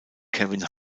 kevin